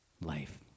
life